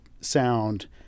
sound